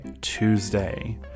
Tuesday